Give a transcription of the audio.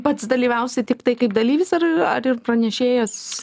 pats dalyvausi tiktai kaip dalyvis ar ar ir pranešėjas